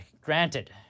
granted